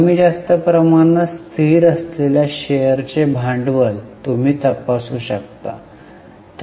कमी जास्त प्रमाणात स्थिर असलेल्या शेअरचे भांडवल तुम्ही तपासू शकता